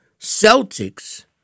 Celtics